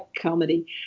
comedy